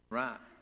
right